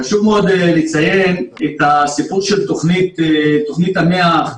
חשוב מאוד לציין את הסיפור של תוכנית המאה.